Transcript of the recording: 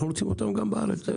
אנחנו רוצים אותם גם בארץ.